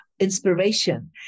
inspiration